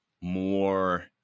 more